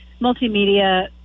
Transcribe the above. multimedia